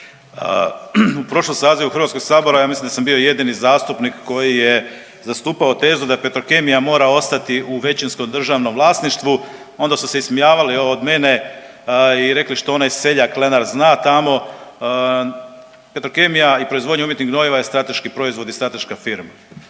U prošlom sabora ja mislim da sam bio jedini zastupnik koji je zastupao tezu da Petrokemija mora ostati u većinskom državnom vlasništvu, onda su se ismijavali od mene i rekli što onaj seljak Lenart zna tamo. Petrokemija i proizvodnja umjetnih gnojiva je strateški proizvod i strateška firma.